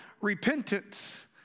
repentance